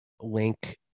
link